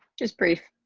just brief.